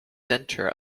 center